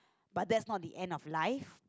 but that's not the end of life